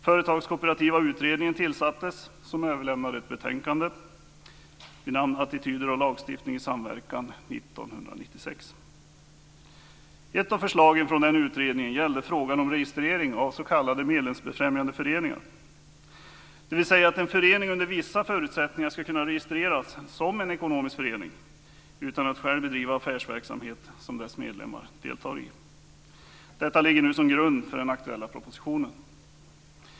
Företagskooperativa utredningen tillsattes, och den överlämnade 1996 betänkandet Attityder och lagstiftning i samverkan. Ett av förslagen från den utredningen gällde registrering av s.k. medlemsbefrämjande föreningar. En förening ska under vissa förutsättningar kunna registreras som ekonomisk förening utan att själv bedriva affärsverksamhet som dess medlemmar deltar i. Detta ligger som grund för den nu aktuella propositionen.